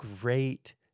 great